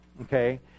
okay